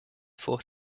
four